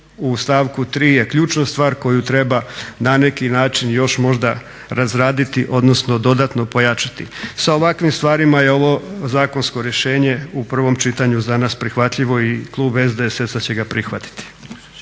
u stavku 3. je ključna stvar koju treba na neki način još možda razraditi odnosno dodatno pojačati. Sa ovakvim stvarima je ovo zakonsko rješenje u prvom čitanju za nas prihvatljivo i klub SDSS-a će ga prihvatiti.